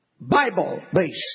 Bible-based